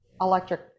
electric